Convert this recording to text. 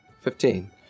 Fifteen